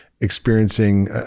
experiencing